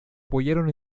apoyaron